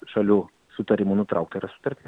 šalių sutarimu nutraukta yra sutartis